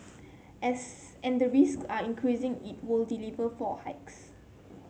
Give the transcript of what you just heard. as and the risk are increasing it will deliver four hikes